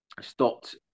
stopped